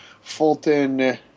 fulton